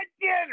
dinner